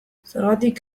zergatik